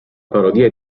parodia